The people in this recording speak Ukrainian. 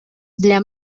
для